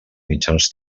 mitjans